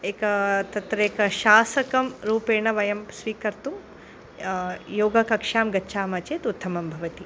एकं तत्रेकं शासकं रूपेण वयं स्वीकर्तुं योगकक्षां गच्छामः चेत् उत्तमं भवति